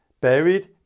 Buried